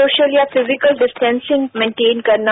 social या physical distancing maintain करना